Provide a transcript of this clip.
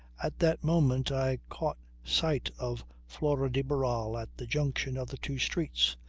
at that moment i caught sight of flora de barral at the junction of the two streets.